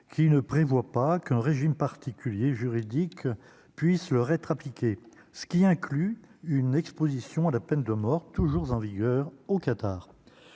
qui ne prévoit pas qu'un régime particulier juridique puisse leur être appliquée, ce qui inclut une Exposition à la peine de mort, toujours en vigueur, au Qatar,